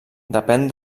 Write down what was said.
depèn